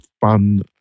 fun